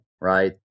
right